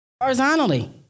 horizontally